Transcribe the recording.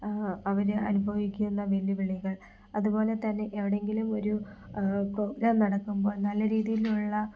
അവർ അനുഭവിക്കുന്ന വെല്ലുവിളികൾ അതുപോലെ തന്നെ എവിടെയെങ്കിലും ഒരു പ്രോഗ്രാം നടക്കുമ്പോൾ നല്ല രീതിയിലുള്ള